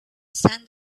sand